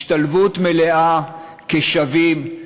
השתלבות מלאה כשווים,